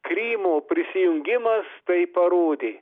krymo prisijungimas tai parodė